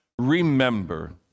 remember